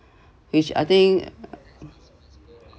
which I think